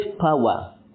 power